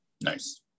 nice